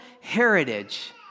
heritage